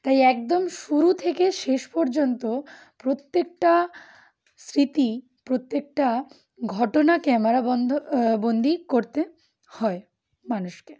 তাই একদম শুরু থেকে শেষ পর্যন্ত প্রত্যেকটা স্মৃতি প্রত্যেকটা ঘটনা ক্যামেরা বন্ধ বন্দি করতে হয় মানুষকে